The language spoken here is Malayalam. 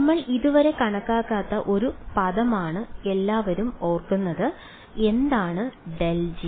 നമ്മൾ ഇതുവരെ കണക്കാക്കാത്ത ഒരു പദമാണ് എല്ലാവരും ഓർക്കുന്നത് എന്താണ് ∇g